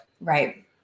Right